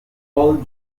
all